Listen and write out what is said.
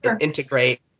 integrate